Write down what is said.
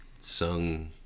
sung